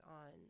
on